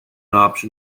option